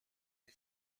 les